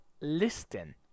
listing